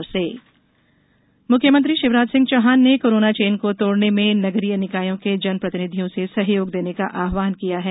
CM corona मुख्यमंत्री शिवराज सिंह चौहान ने corona chain को तोड़ने में नगरीय निकायों के जन प्रतिनिधियों से सहयोग देने का आहवान किया है